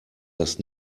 das